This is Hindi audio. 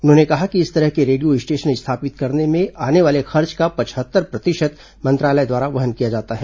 उन्होंने कहा कि इस तरह के रेडियो स्टेशन स्थापित करने में आने वाले खर्च का पचहत्तर प्रतिशत मंत्रालय द्वारा वहन किया जाता है